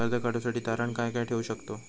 कर्ज काढूसाठी तारण काय काय ठेवू शकतव?